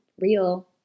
real